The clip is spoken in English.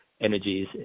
energies